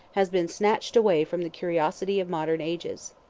has been snatched away from the curiosity of modern ages.